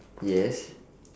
yes